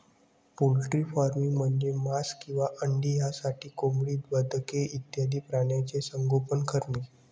poultry farming म्हणजे मांस किंवा अंडी यासाठी कोंबडी, बदके इत्यादी प्राण्यांचे संगोपन करणे